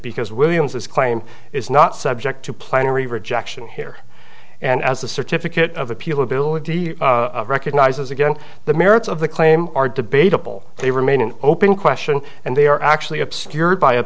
because williams this claim is not subject to plenary rejection here and as the certificate of appeal ability recognizes again the merits of the claim are debatable they remain an open question and they are actually obscured by a